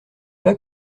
pas